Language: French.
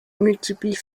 multiple